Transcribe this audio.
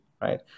right